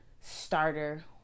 starter